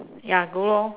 ya go loh